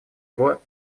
его